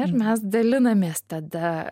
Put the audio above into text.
ir mes dalinamės tada